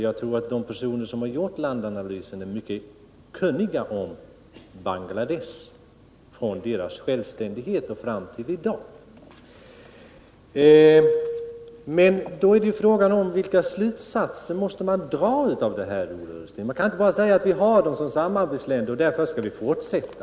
Jag tror att de personer som har gjort landanalysen är mycket kunniga om förhållandena i Bangladesh från den dag landet blev självständigt fram till i dag. Vilka slutsatser måste man då dra av detta, Ola Ullsten? Man kan inte bara säga att vi skall fortsätta att ge bistånd till länder som vi har som samarbetsländer.